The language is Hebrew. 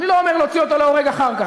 אני לא אומר להוציא אותו להורג אחר כך,